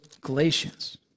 Galatians